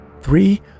three